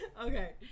Okay